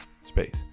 space